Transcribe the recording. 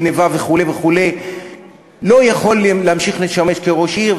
גנבה וכו' וכו' לא יכול להמשיך לשמש כראש עיר,